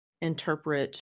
interpret